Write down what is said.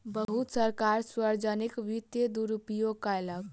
बहुत सरकार सार्वजनिक वित्तक दुरूपयोग कयलक